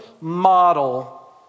model